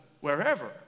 wherever